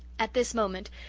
at this moment,